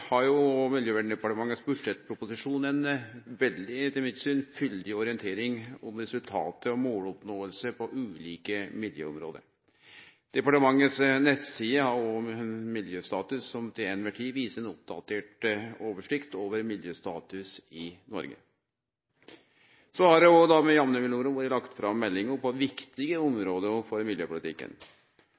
Miljøverndepartementet sin budsjettproposisjon ei veldig – etter mitt syn – fyldig orientering om resultat og måloppnåing på ulike miljøområde. Departementet si nettside om miljøstatus viser til kvar tid ei oppdatert oversikt over miljøstatus i Noreg. Så har det med jamne mellomrom blitt lagt fram meldingar på viktige område for miljøpolitikken.